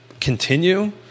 continue